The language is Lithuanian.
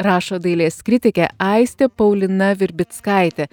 rašo dailės kritikė aistė paulina virbickaitė